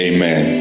Amen